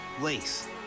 Lace